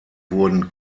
wurden